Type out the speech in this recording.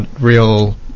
real